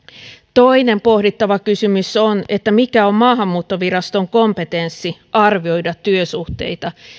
toinen pohdittava kysymys on mikä on maahanmuuttoviraston kompetenssi arvioida työsuhteita